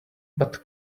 but